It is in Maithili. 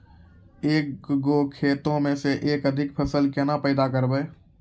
एक गो खेतो मे एक से अधिक फसल केना पैदा करबै?